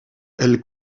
elle